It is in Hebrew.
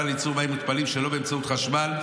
לייצור מים מותפלים שלא באמצעות חשמל,